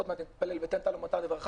ועוד מעט נתפלל: "ונתת טל ומטר לברכה".